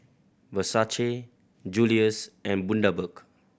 Versace Julie's and Bundaberg